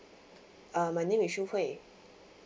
uh my name is shu hwei